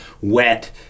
wet